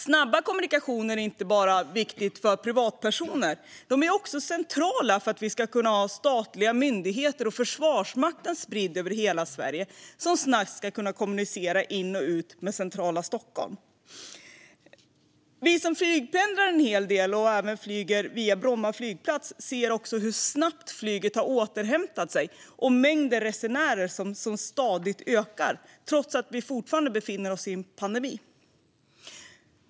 Snabba kommunikationer är viktiga inte bara för privatpersoner; de är också centrala för att vi ska kunna ha statliga myndigheter och Försvarsmakten spridda över hela Sverige som snabbt ska kunna kommunicera in och ut med centrala Stockholm. Vi som flygpendlar en hel del via Bromma flygplats ser också hur snabbt flyget har återhämtat sig och hur mängden resenärer stadigt ökar, trots att vi fortfarande befinner oss i en pandemi.